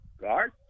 guard